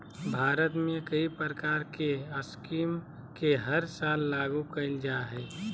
भारत में कई प्रकार के स्कीम के हर साल लागू कईल जा हइ